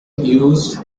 used